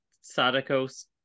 Sadako's